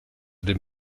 den